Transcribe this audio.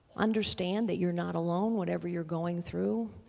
understand that you're not alone whatever you're going through,